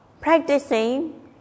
Practicing